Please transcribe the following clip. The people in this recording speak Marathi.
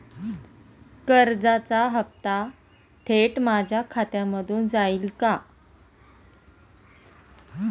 कर्जाचा हप्ता थेट माझ्या खात्यामधून जाईल का?